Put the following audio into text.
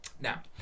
Now